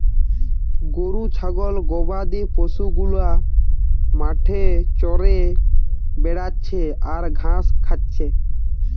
গরু ছাগল গবাদি পশু গুলা মাঠে চরে বেড়াচ্ছে আর ঘাস খাচ্ছে